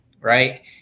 right